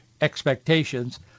expectations